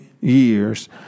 years